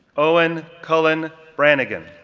owen cullen brannigan,